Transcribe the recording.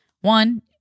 one